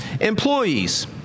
Employees